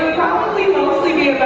probably mostly be